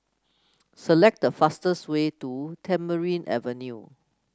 select the fastest way to Tamarind Avenue